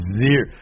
Zero